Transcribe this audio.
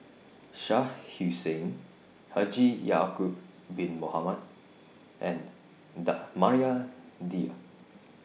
Shah Hussain Haji Ya'Acob Bin Mohamed and Maria Dyer